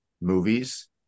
movies